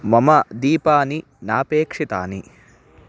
मम दीपानि नापेक्षितानि